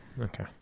okay